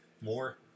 more